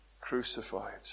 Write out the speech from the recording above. crucified